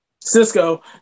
Cisco